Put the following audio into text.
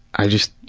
i just,